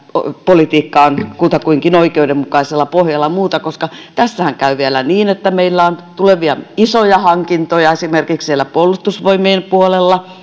politiikka on kutakuinkin oikeudenmukaisella pohjalla ja muuta ja kun tässä käy vielä niin että meillä on tulevia isoja hankintoja esimerkiksi siellä puolustusvoimien puolella